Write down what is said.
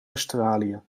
australië